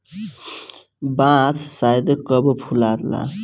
बांस शायदे कबो फुलाला